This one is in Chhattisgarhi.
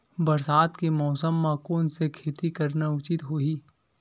बरसात के मौसम म कोन से खेती करना उचित होही?